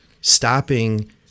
stopping